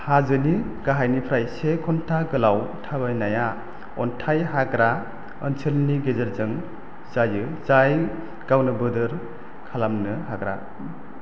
हाजोनि गाहायनिफ्राय से घन्टा गोलाव थाबायनाया अन्थाय हागरा ओनसोलनि गेजेरजों जायो जाय गावनो बोदोर खालामनो हाग्रा